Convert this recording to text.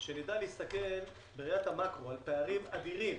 שנדע להסתכל בראיית מקרו על פערים אדירים